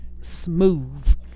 smooth